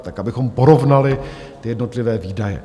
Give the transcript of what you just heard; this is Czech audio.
Tak abychom porovnali jednotlivé výdaje.